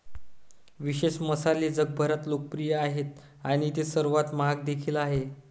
विशेष मसाले जगभरात लोकप्रिय आहेत आणि ते सर्वात महाग देखील आहेत